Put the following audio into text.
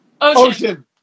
Ocean